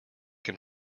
can